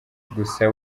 gusa